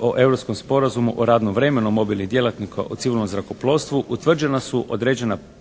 o europskom Sporazumu o radnom vremenu mobilnih djelatnika u civilnom zrakoplovstvu, utvrđena su određena pravila